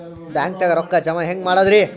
ಬ್ಯಾಂಕ್ದಾಗ ರೊಕ್ಕ ಜಮ ಹೆಂಗ್ ಮಾಡದ್ರಿ?